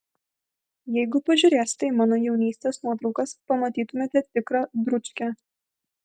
jeigu pažiūrėsite į mano jaunystės nuotraukas pamatytumėte tikrą dručkę